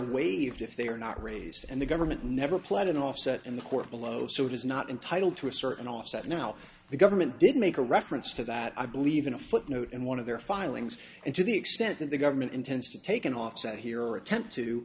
waived if they are not raised and the government never played an offset in the court below so it is not entitled to a certain offset now the government did make a reference to that i believe in a footnote in one of their filings and to the extent that the government intends to take an offset here or attempt to